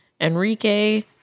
Enrique